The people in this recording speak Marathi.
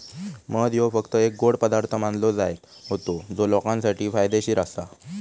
मध ह्यो फक्त एक गोड पदार्थ मानलो जायत होतो जो लोकांसाठी फायदेशीर आसा